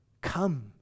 Come